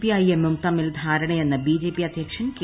PI എമ്മും തമ്മിൽ ധാരണയെന്ന് ബിജെപി അദ്ധ്യക്ഷൻ കെ